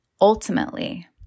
ultimately